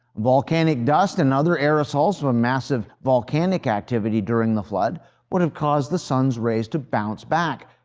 volcanic dust and other aerosols from massive volcanic activity during the flood would have caused the sun's rays to bounce back,